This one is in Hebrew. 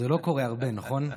זה לא קורה הרבה, נכון?